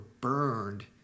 burned